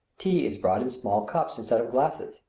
tea is brought in small cups instead of glasses,